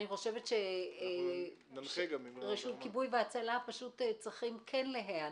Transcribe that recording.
אני חושבת שרשות כיבוי והצלה צריכים כן להיענות,